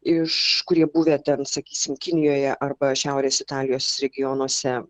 iš kurie buvę ten sakysim kinijoje arba šiaurės italijos regionuose